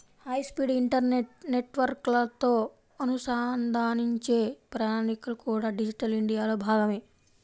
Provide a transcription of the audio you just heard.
high speed internet నెట్వర్క్లతో అనుసంధానించే ప్రణాళికలు కూడా డిజిటల్ ఇండియాలో భాగమే